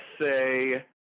say